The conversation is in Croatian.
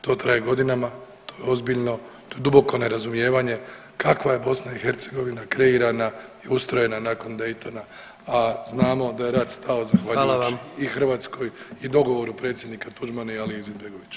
To traje godinama, to je ozbiljno, to je duboko nerazumijevanje kakva je BiH kreirana i ustrojena nakon Daytona, a znamo da je rat stao zahvaljujući i Hrvatskoj i dogovoru predsjednika Tuđmana i Alije Izetbegovića.